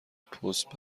پست